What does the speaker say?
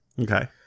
Okay